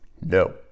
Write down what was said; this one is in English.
No